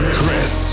Chris